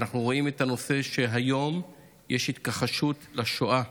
ואנחנו רואים את הנושא שהיום יש התכחשות לשואה.